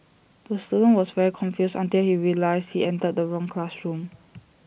the student was very confused until he realised he entered the wrong classroom